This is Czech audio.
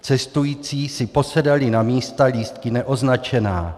Cestující si posedali na místa lístky neoznačená.